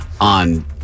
on